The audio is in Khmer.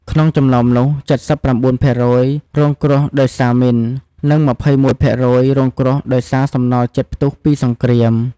ក្នុងចំណោមនោះ ៧៩% រងគ្រោះដោយសារមីន និង ២១% រងគ្រោះដោយសារសំណល់ជាតិផ្ទុះពីសង្គ្រាម។